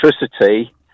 electricity